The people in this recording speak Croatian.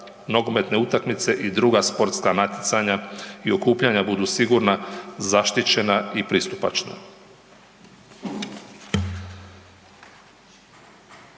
nogometne utakmice i druga sportska natjecanja i okupljanja budu sigurna, zaštićena i pristupačna.